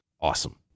awesome